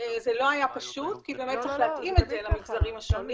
זה לא היה פשוט כי באמת צריך להתאים את זה למגזרים השונים